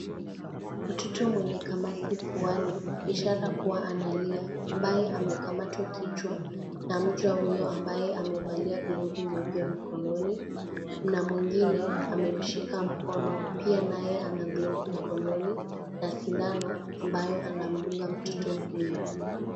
Mtoto mwenye kamasi puani, ishara kuwa analia ambaye amekamatwa kichwa na mchwa huyo ambaye amevalia glovu nyeupe mkononi na mwingine amemshika mkono pia naye ana glovu mkononi na sindano ambayo anadunga mtoto huyo.